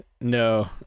No